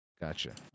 gotcha